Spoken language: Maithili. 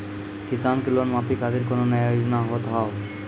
किसान के लोन माफी खातिर कोनो नया योजना होत हाव?